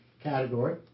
category